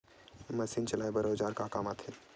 Machine चलाए बर औजार का काम आथे?